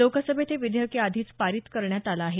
लोकसभेत हे विधेयक आधीच पारित करण्यात आलं आहे